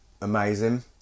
Amazing